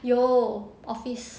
有 office